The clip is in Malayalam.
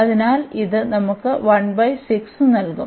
അതിനാൽ ഇത് നമുക്ക് നൽകും